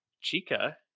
chica